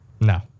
No